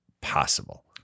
possible